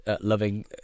loving